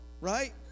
Right